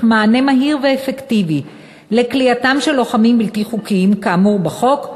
מענה מהיר ואפקטיבי לכליאתם של לוחמים בלתי חוקיים כאמור בחוק,